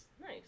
Nice